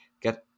get